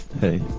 Hey